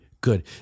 good